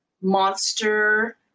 monster